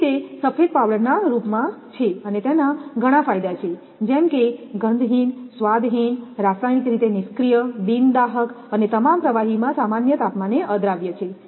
તેથી તે સફેદ પાવડરના રૂપમાં છે તેના ઘણા ફાયદા છે જેમ કે ગંધહીન સ્વાદહીન રાસાયણિક રીતે નિષ્ક્રીય બિન દાહક અને તમામ પ્રવાહીમાં સામાન્ય તાપમાને અદ્રાવ્ય છે